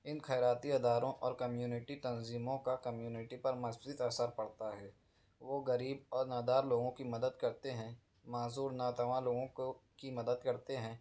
ان خیراتی اداروں اور کمیونٹی تنظیموں کا کمیونٹی پر مزید اثر پڑتا ہے وہ غریب اور نادار لوگوں کی مدد کرتے ہیں معذور ناتواں لوگوں کو کی مدد کرتے ہیں